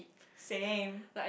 same